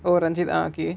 oh ranjith ah okay